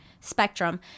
spectrum